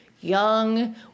young